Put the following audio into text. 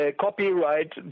copyright